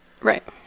Right